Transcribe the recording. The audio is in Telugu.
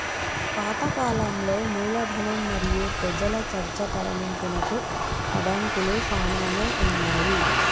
పాత కాలంలో మూలధనం మరియు పెజల చర్చ తరలింపునకు అడంకులు సానానే ఉన్నాయి